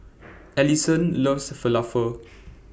Alyson loves Falafel